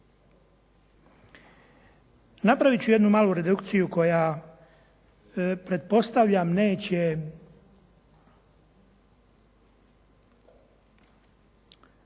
Napravit ću jednu malu redukciju koja pretpostavljam neće